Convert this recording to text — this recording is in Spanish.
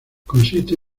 consiste